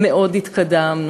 מאוד התקדמנו.